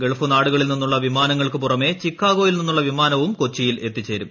Gulf നാടുകളിൽ നിന്നുള്ള വിമാനങ്ങൾക്കുപുറമെ ചിക്കാഗോയിൽ നിന്നുള്ള വിമാനവും കൊച്ചിയിൽ എത്തിച്ചേരും